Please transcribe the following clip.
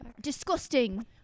Disgusting